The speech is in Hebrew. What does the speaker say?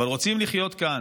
אבל רוצים לחיות כאן,